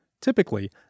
Typically